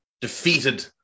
defeated